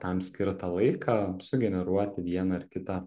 tam skirtą laiką sugeneruoti vieną ar kitą